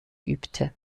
übte